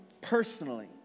personally